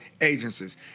agencies